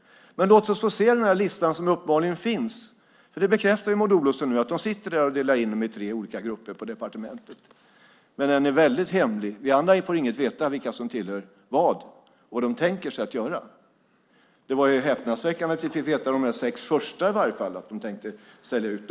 Men låt oss få se den lista som uppenbarligen finns. Maud Olofsson bekräftar ju nu att man nu sitter och delar in företagen i tre olika grupper på departementet, men listan är väldigt hemlig. Vi andra får inte veta något om detta och vad man tänker sig att göra. Det var häpnadsväckande att vi fick veta att man tänkte sälja ut de sex första företagen.